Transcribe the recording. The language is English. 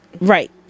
Right